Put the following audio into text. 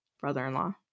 brother-in-law